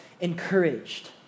encouraged